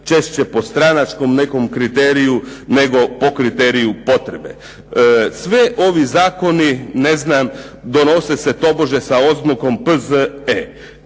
češće po stranačkom nekom kriteriju, nego po kriteriju potrebe. Sve ovi zakoni donose se tobože oznakom P.Z.E.